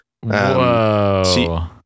Whoa